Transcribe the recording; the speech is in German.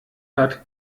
hat